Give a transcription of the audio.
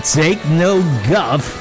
take-no-guff